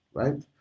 right